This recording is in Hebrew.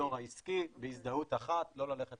לאזור העסקי בהזדהות אחת, לא ללכת